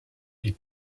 est